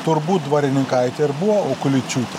turbūt dvarininkaitė ir buvo okuličiūtė